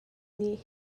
nih